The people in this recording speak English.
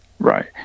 Right